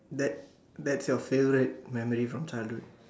that that's your favourite memory from childhood